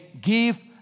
give